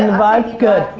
and vibe? good,